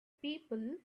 people